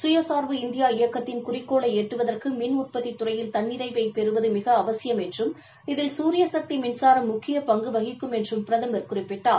கயசார்பு இந்தியா இயக்கத்தின் குறிக்கோளை எட்டுவதற்கு மின் உற்பத்தித் துறையில் தன்னிறைவை பெறுவது மிக அவசியம் என்றும் இதில் சூரிய சக்தி மின்சாரம் முக்கிய பங்கு வகிக்கும் என்றும் பிரதமர் குறிப்பிட்டார்